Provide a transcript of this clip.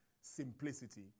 simplicity